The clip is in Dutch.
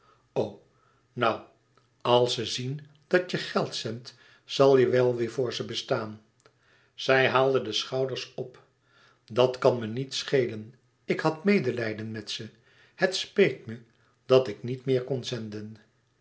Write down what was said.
nou als ze zien dat je geld zendt zal je wel weêr voor ze bestaan zij haalde de schouders op dat kan me niet schelen ik had medelijden met ze het speet me dat ik niet meer kon zenden